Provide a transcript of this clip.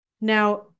now